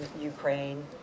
Ukraine